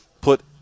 put